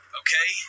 okay